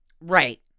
Right